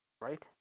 right